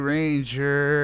Ranger